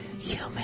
human